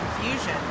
confusion